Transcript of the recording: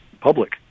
public